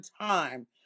time